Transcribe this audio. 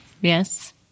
yes